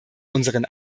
unseren